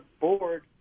board